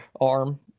arm